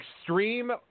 Extreme